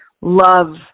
Love